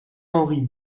henri